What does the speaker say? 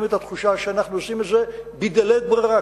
את התחושה שאנחנו עושים את זה בלית ברירה,